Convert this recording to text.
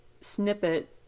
snippet